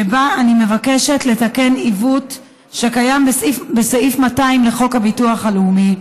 שבו אני מבקשת לתקן עיוות שקיים בסעיף 200 לחוק הביטוח הלאומי,